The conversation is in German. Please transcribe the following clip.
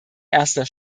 erster